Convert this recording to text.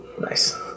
Nice